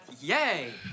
Yay